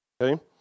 Okay